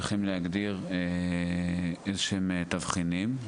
צריכים להגדיר איזשהם תבחינים.